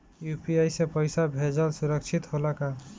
UPI से पैसा भेजल सुरक्षित होला का?